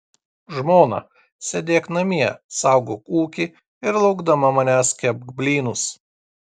žmona sėdėk namie saugok ūkį ir laukdama manęs kepk blynus